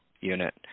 unit